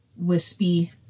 wispy